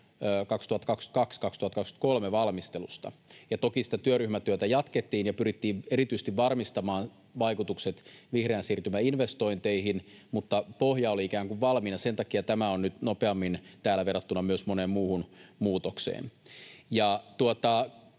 2022—2023 valmistelusta. Toki sitä työryhmätyötä jatkettiin ja pyrittiin erityisesti varmistamaan vaikutukset vihreän siirtymän investointeihin, mutta pohja oli ikään kuin valmiina. Sen takia tämä on nyt nopeammin täällä verrattuna moneen muuhun muutokseen.